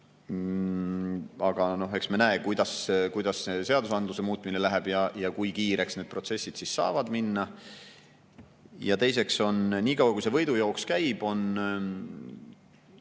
Aga eks me näe, kuidas see seadusandluse muutmine läheb ja kui kiireks need protsessid saavad minna. Teiseks, niikaua, kui see võidujooks käib, on